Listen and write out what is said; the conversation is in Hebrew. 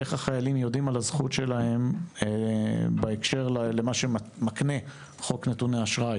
איך החיילים יודעים על הזכות שלהם בהקשר למה שמקנה חוק נתוני אשראי,